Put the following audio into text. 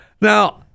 Now